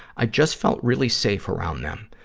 i just felt really safe around them.